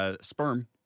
Sperm